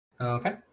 Okay